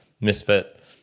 misfit